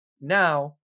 Now